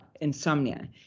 insomnia